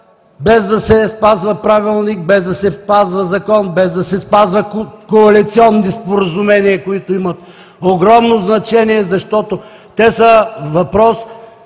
без да се спазва Правилник, без да се спазва Закон, без да се спазват коалиционни споразумения, които имат огромно значение, защото те са въпрос